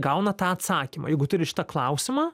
gauna tą atsakymą jeigu turi šitą klausimą